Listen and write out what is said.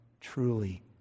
truly